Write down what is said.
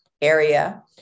area